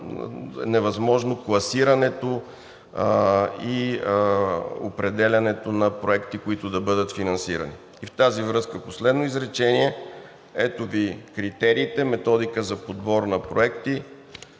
невъзможно класирането и определянето на проекти, които да бъдат финансирани. В тази връзка – последно изречение – ето Ви критериите (показва): „Методика за подбор на проекти“,